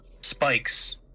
spikes